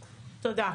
תודה.